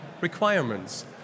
requirements